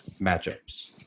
matchups